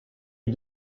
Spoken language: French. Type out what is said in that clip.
est